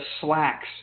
Slacks